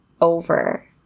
over